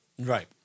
right